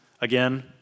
again